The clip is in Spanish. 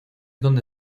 donde